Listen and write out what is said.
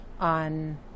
on